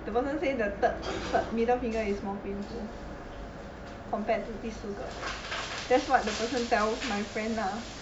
the person say the third third middle finger is more painful compared to 第四个 that's what the person tell my friend lah